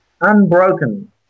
Unbroken